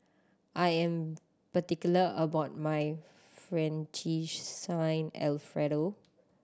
I am particular about my Fettuccine Alfredo